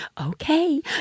okay